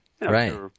right